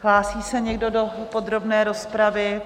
Hlásí se někdo do podrobné rozpravy?